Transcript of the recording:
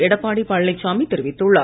எடப்பாடி பழனிசாமி தெரிவித்துள்ளார்